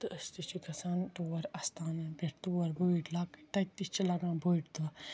تہٕ أسۍ تہِ چھِ گَژھان تور اَستانَن پٮ۪ٹھ تور بڈۍ لۄکٕٹۍ تَتہِ چھِ لَگان بٕڈۍ دۄہ